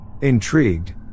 Intrigued